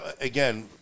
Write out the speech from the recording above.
Again